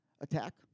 attack